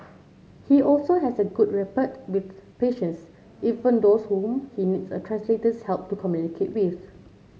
he also has a good rapport with patients even those whom he needs a translator's help to communicate with